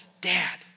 dad